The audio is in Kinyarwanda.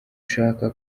ushaka